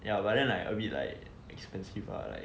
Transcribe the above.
ya but then like a bit like expensive lah like